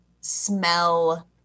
smell